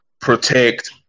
protect